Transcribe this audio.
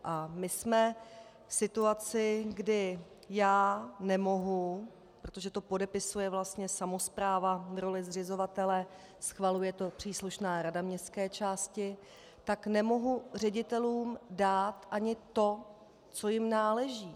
A my jsme v situaci, kdy já nemohu protože to podepisuje vlastně samospráva v roli zřizovatele, schvaluje to příslušná rada městské části tak nemohu ředitelům dát ani to, co jim náleží.